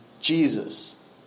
Jesus